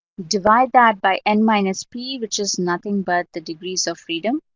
divide that by n minus p, which is nothing but the degrees of freedom,